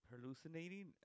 hallucinating